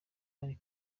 bari